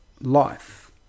life